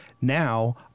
Now